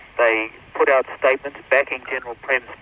they put out statements backing general prem's